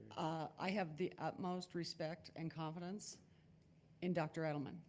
i have the utmost respect and confidence in dr. edelman.